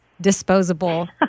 disposable